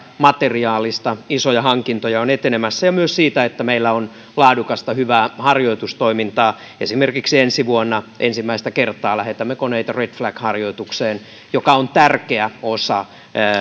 materiaalista isoja hankintoja on etenemässä ja myös siitä että meillä on laadukasta hyvää harjoitustoimintaa esimerkiksi ensi vuonna ensimmäistä kertaa lähetämme koneita red flag harjoitukseen joka on tärkeä osa